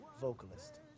vocalist